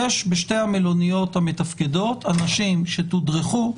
יש בשתי המלוניות המתפקדות אנשים שתודרכו,